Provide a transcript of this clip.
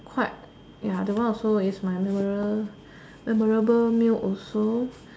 quite ya that one also is my memorable memorable meal also